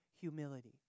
humility